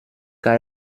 car